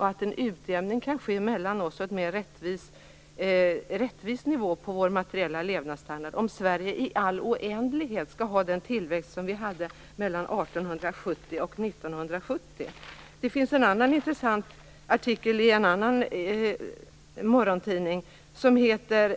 Och hur skall vi kunna se till att en utjämning sker mellan oss och att det blir en mer rättvis nivå på vår materiella levnadsstandard, om Sverige i all oändlighet skall ha den tillväxt som vi hade mellan Det finns en annan intressant artikel i en annan morgontidning: